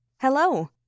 Hello